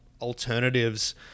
alternatives